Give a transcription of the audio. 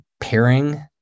pairing